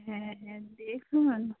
হ্যাঁ হ্যাঁ দেখুন